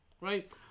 right